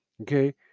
okay